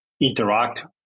interact